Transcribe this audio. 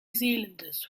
zealanders